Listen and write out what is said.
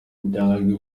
biteganyijwe